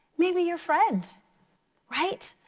maybe your friend right?